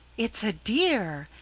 it's a dear!